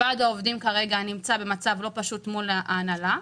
ועד העובדים נמצא במצב לא פשוט מול ההנהלה כרגע,